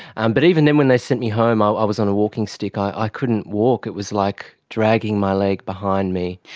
um but even then when they set me home i was on a walking stick, i couldn't walk, it was like dragging my leg behind me.